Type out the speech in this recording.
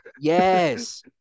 Yes